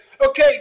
okay